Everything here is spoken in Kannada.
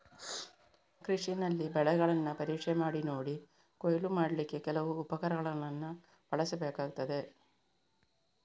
ಕೃಷಿನಲ್ಲಿ ಬೆಳೆಗಳನ್ನ ಪರೀಕ್ಷೆ ಮಾಡಿ ನೋಡಿ ಕೊಯ್ಲು ಮಾಡ್ಲಿಕ್ಕೆ ಕೆಲವು ಉಪಕರಣಗಳನ್ನ ಬಳಸ್ಬೇಕಾಗ್ತದೆ